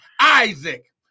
Isaac